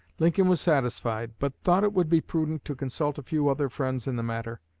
lincoln was satisfied, but thought it would be prudent to consult a few other friends in the matter,